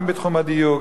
גם בתחום הדיור,